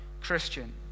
Christian